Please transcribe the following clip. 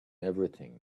everything